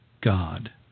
God